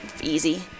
Easy